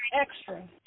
extra